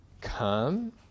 come